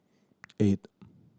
eight